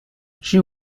she